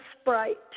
Sprite